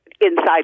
inside